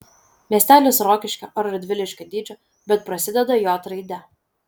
miestelis rokiškio ar radviliškio dydžio bet prasideda j raide